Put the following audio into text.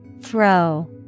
Throw